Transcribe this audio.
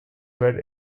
were